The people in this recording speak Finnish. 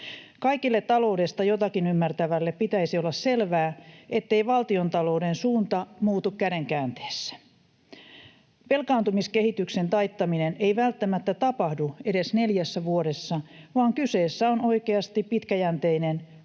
Kaikille taloudesta jotakin ymmärtäville pitäisi olla selvää, ettei valtiontalouden suunta muutu käden käänteessä. Velkaantumiskehityksen taittaminen ei välttämättä tapahdu edes neljässä vuodessa, vaan kyseessä on oikeasti pitkäjänteinen,